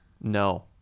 No